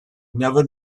never